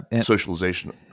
socialization